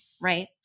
right